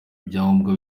ibyangombwa